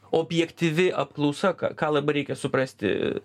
objektyvi apklausa ką ką labai reikia suprasti